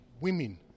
women